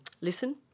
listen